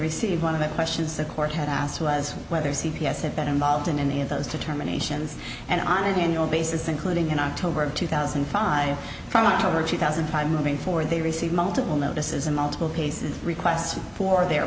receive one of the questions the court had asked was whether c p s have been involved in any of those to terminations and on an annual basis including in october of two thousand and five from october two thousand time moving forward they received multiple notices in multiple cases requests for their